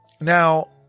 Now